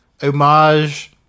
homage